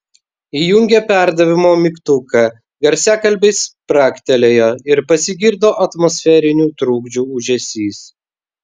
įjungė perdavimo mygtuką garsiakalbiai spragtelėjo ir pasigirdo atmosferinių trukdžių ūžesys